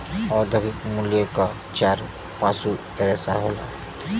औद्योगिक मूल्य क चार पसू रेसा होला